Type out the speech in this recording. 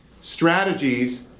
strategies